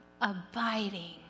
abiding